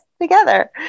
together